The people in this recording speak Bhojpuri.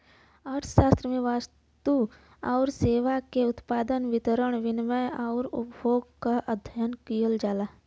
अर्थशास्त्र में वस्तु आउर सेवा के उत्पादन, वितरण, विनिमय आउर उपभोग क अध्ययन किहल जाला